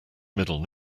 middle